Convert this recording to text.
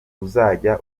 uzajya